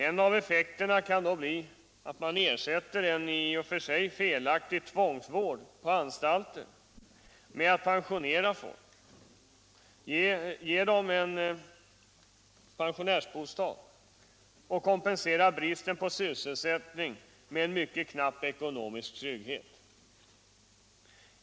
En av effekterna kan då bli att man ersätter en i och för sig felaktig tvångsvård på anstalter med att pensionera folk, ge dem en pensionärsbostad och kompensera bristen på sysselsättning med en mycket knapp ekonomisk trygghet.